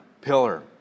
pillar